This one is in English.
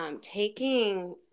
taking